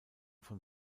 von